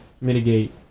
mitigate